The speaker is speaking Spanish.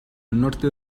norte